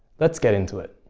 let's get into it!